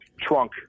trunk